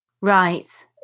Right